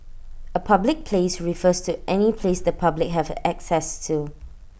A public place refers to any place the public have access to